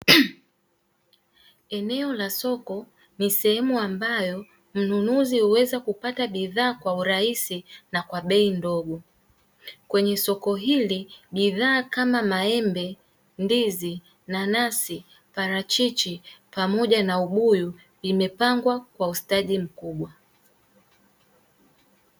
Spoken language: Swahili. Eneo la soko ni sehemu ambayo mnunuzi huweza kupata bidhaa kwa urahisi na kwa bei ndogo kwenye soko hili bidhaa kama maembe, ndizi, nanasi ,parachichi pamoja na ubuyu vimepangwa kwa ustadi mkubwa .